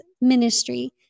ministry